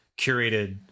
curated